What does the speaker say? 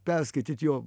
perskaityt jo